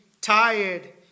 tired